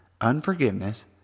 unforgiveness